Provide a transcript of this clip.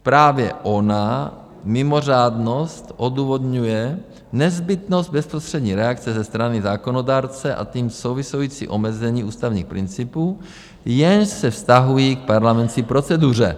Právě ona mimořádnost odůvodňuje nezbytnost bezprostřední reakce ze strany zákonodárce a s tím související omezení ústavních principů, jež se vztahují k parlamentní proceduře.